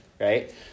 right